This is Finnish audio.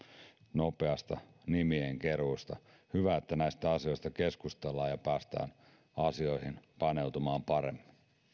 nopeasta nimien keruusta hyvä että näistä asioista keskustellaan ja päästään asioihin paneutumaan paremmin